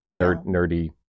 nerdy